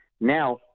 now